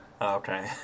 Okay